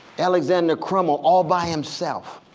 alexander crummell all by himself.